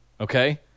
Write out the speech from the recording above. Okay